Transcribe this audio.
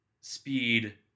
Speed